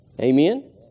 Amen